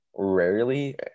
rarely